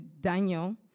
Daniel